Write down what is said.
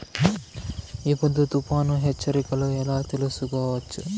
ఈ పొద్దు తుఫాను హెచ్చరికలు ఎలా తెలుసుకోవచ్చు?